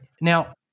now